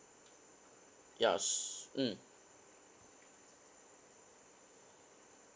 ya s~ mm